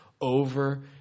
Over